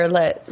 let